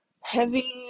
heavy